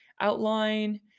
outline